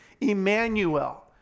Emmanuel